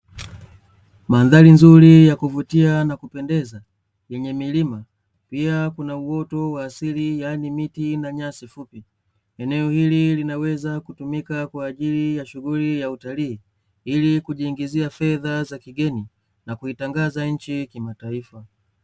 Mandhari nzuri ya kuvutia na kupendeza yenye milima pia kuna uoto wa asili yani miti na nyasi fupi, eneo hili linaweza kutumika kwa ajili ya shughuli ya utalii ili kujiingizia fedha za kigeni na kuitangaza nchi kimataifa.